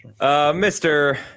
Mr